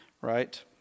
right